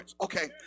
Okay